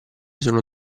sono